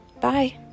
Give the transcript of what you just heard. Bye